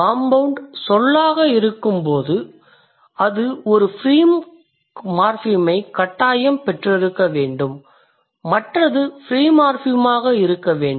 compound சொல்லாக இருக்கும்போது அது ஒரு ஃப்ரீ மார்ஃபிம் ஐ கட்டாயம் பெற்றிருக்க வேண்டும் மற்றது ஃப்ரீ மார்பிமாக இருக்க வேண்டும்